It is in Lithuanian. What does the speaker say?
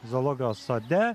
zoologijos sode